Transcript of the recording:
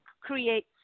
creates